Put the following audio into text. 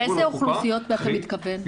לאיזה אוכלוסיות אתה מתכוון?